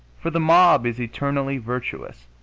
for the mob is eternally virtuous,